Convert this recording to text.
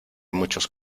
muchos